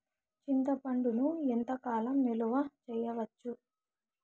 చింతపండును ఎంత కాలం నిలువ చేయవచ్చు?